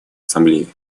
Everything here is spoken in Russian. ассамблеи